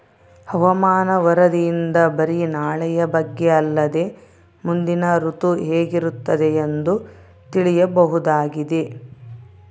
ಹವಾಮಾನ ವರದಿಯಿಂದ ಬರಿ ನಾಳೆಯ ಬಗ್ಗೆ ಅಲ್ಲದೆ ಮುಂದಿನ ಋತು ಹೇಗಿರುತ್ತದೆಯೆಂದು ತಿಳಿಯಬಹುದಾಗಿದೆ